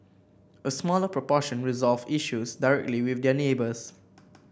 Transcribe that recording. a smaller proportion resolved issues directly with their neighbours